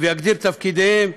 ויגדיר את תפקידיהם.